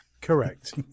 Correct